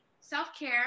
self-care